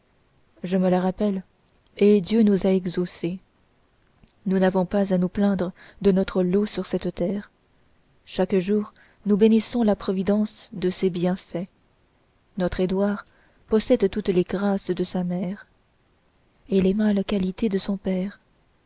je me la rappelle et dieu nous a exaucés nous n'avons pas à nous plaindre de notre lot sur cette terre chaque jour nous bénissons la providence de ses bienfaits notre édouard possède toutes les grâces de sa mère et les mâles qualités de son père